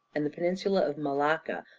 and the peninsula of malacca,